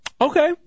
Okay